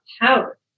power